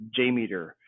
Jmeter